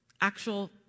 actual